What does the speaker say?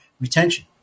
retention